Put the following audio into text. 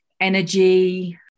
energy